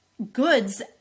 goods